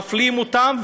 מפלים אותם,